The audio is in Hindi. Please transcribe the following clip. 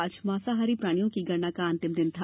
आज मांसाहारी प्राणियों की गणना का अन्तिम दिन था